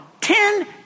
Ten